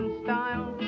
style